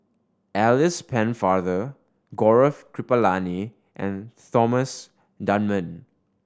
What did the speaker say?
Alice Pennefather Gaurav Kripalani and Thomas Dunman